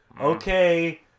okay